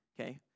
okay